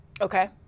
Okay